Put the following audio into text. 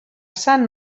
sant